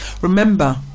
Remember